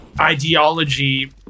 ideology